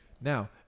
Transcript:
Now